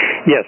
Yes